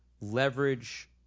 leverage